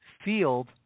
Field